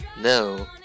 No